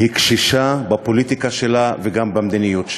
היא קשישה בפוליטיקה שלה וגם במדיניות שלה.